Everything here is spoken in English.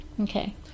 Okay